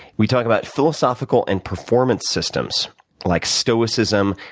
we talk about philosophical and performance systems like stoicism,